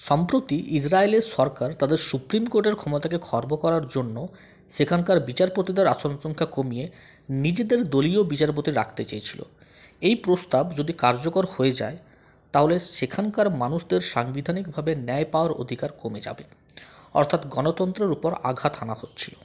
সম্প্রতি ইজরায়েলের সরকার তাদের সূপ্রিম কোর্টের ক্ষমতাকে খর্ব করার জন্য সেখানকার বিচারপতিদের আসন সংখ্যা কমিয়ে নিজেদের দলীয় বিচারপতি রাখতে চেয়েছিলো এই প্রস্তাব যদি কার্যকর হয়ে যায় তাহলে সেখানকার মানুষদের সাংবিধানিক ভাবে ন্যায় পাওয়ার অধিকার কমে যাবে অর্থাৎ গণতন্ত্রর উপর আঘাত হানা হচ্ছিলো